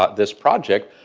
ah this project,